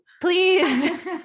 please